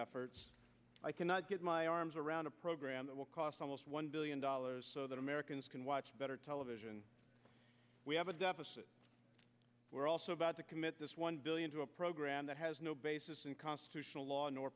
efforts i cannot get my arms around a program that will cost almost one billion dollars so that americans can watch better television we have a deficit we're also about to commit this one billion to a program that has no basis in constitutional law or